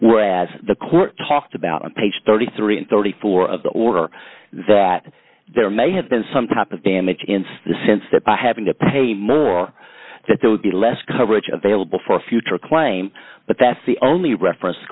whereas the court talked about on page thirty three and thirty four of the order that there may have been some type of damage in the sense that by having to pay more or that there would be less coverage available for future claim but that's the only reference